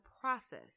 process